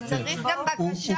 אבל צריך גם בקשה.